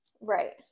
right